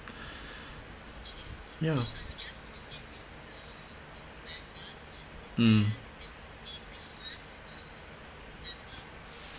ya mm